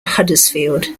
huddersfield